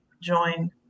join